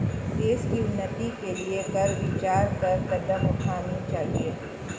देश की उन्नति के लिए कर विचार कर कदम उठाने चाहिए